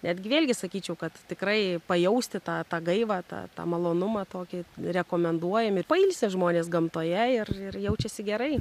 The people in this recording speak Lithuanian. netgi vėlgi sakyčiau kad tikrai pajausti tą tą gaivą tą tą malonumą tokį rekomenduojam ir pailsi žmonės gamtoje ir jaučiasi gerai